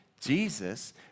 Jesus